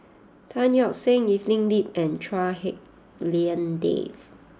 Tan Yeok Seong Evelyn Lip and Chua Hak Lien Dave